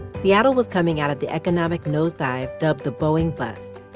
seattle was coming out of the economic nosedive, dubbed the boeing bust.